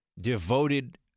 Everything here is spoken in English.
devoted